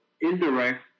indirect